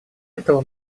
этого